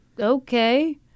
okay